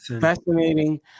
Fascinating